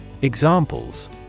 Examples